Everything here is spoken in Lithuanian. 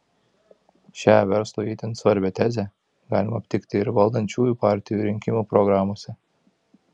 šią verslui itin svarbią tezę galima aptikti ir valdančiųjų partijų rinkimų programose